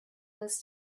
was